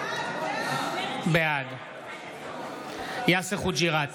בעד יאסר חוג'יראת,